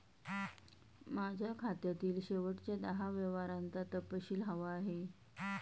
माझ्या खात्यातील शेवटच्या दहा व्यवहारांचा तपशील हवा आहे